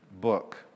book